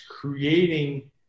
creating